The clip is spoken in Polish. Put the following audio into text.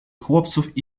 chłopców